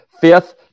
Fifth